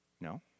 no